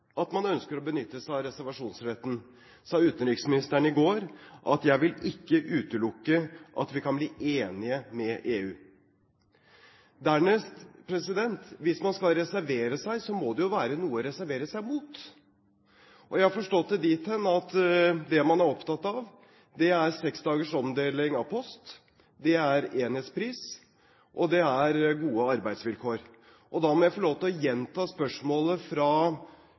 at man ønsker å benytte seg av reservasjonsretten, sa utenriksministeren i går at jeg vil ikke utelukke at vi kan bli enige med EU. Dernest, hvis man skal reservere seg, må det være noe å reservere seg mot. Jeg har forstått det dit hen at det man er opptatt av, er seks dagers omdeling av post, det er enhetspris, og det er gode arbeidsvilkår. Da må jeg få lov til å gjenta spørsmålet fra